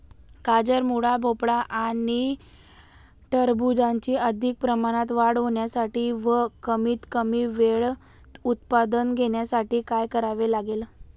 गाजर, मुळा, भोपळा आणि टरबूजाची अधिक प्रमाणात वाढ होण्यासाठी व कमीत कमी वेळेत उत्पादन घेण्यासाठी काय करावे लागेल?